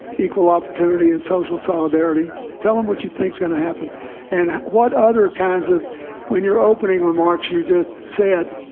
equal opportunity and social solidarity tell them what you think is going to happen and what other kinds of when your opening remarks you just said?